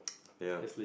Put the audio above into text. ya